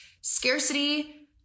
scarcity